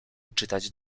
czytać